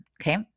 Okay